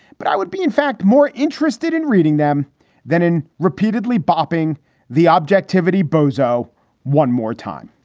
but i would be, in fact, more interested in reading them than in repeatedly bopping the objectivity bozo one more time